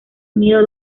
unido